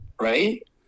right